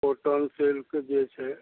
cotton silk जे छै